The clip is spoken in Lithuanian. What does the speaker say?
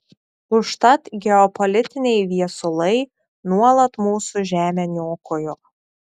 užtat geopolitiniai viesulai nuolat mūsų žemę niokojo